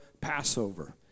Passover